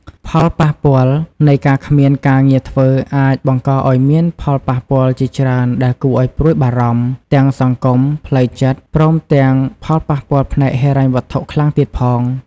ផលប៉ះពាល់នៃការគ្មានការងារធ្វើអាចបង្កឱ្យមានផលប៉ះពាល់ជាច្រើនដែលគួរឱ្យព្រួយបារម្ភ ទាំងសង្គម ផ្លួវចិត្ត ព្រមទាំងផលប៉ះពាល់ផ្នែកហិរញ្ញវត្ថុខ្លាំងទៀតផង។